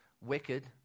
wicked